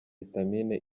vitamine